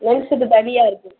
லென்ஸ்ஸுக்கு தனியாக இருக்கு